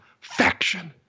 faction